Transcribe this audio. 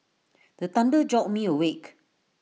the thunder jolt me awake